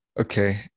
Okay